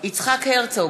יצחק הרצוג,